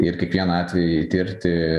ir kiekvieną atvejį tirti